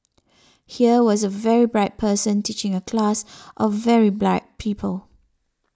here was a very bright person teaching a class of very bright people